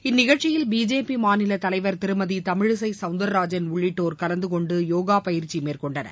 இந்த நிகழ்ச்சியில் பிஜேபி மாநிலத் தலைவர் திருமதி தமிழிசை சவுந்திரராஜன் உள்ளிட்டோர் கலந்து கொண்டு யோகா பயிற்சி மேற்கொண்டனர்